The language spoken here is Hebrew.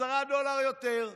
10 דולר יותר.